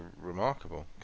remarkable